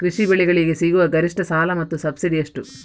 ಕೃಷಿ ಬೆಳೆಗಳಿಗೆ ಸಿಗುವ ಗರಿಷ್ಟ ಸಾಲ ಮತ್ತು ಸಬ್ಸಿಡಿ ಎಷ್ಟು?